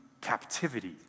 captivity